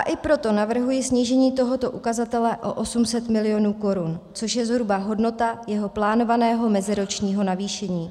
I proto navrhuji snížení tohoto ukazatele o 800 mil. korun, což je zhruba hodnota jeho plánovaného meziročního navýšení.